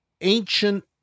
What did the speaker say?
ancient